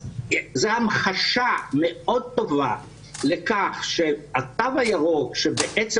זאת המחשה מאוד טובה לכך שהתו הירוק שבעצם